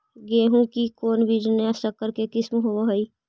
गेहू की कोन बीज नया सकर के किस्म होब हय?